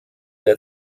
der